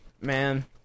Man